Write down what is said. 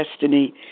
destiny